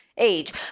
age